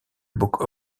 book